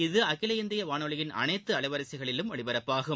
இது அகில இந்திய வானொலியின் அனைத்து அலைவரிசைகளிலும் ஒலிப்பரப்பாகும்